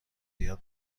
یاد